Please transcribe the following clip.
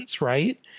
right